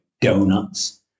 donuts